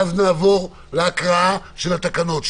אז נעבור להקראת התקנות.